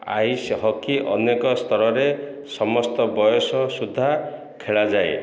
ice hockey ଅନେକ ସ୍ତରରେ ସମସ୍ତ ବୟସ ସୁଦ୍ଧା ଖେଳାଯାଏ